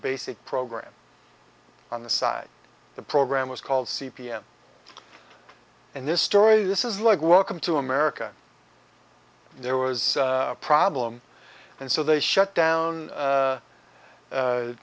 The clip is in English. basic program on the side the program was called c p m and this story this is like welcome to america there was a problem and so they shut down